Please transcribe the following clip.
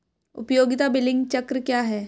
उपयोगिता बिलिंग चक्र क्या है?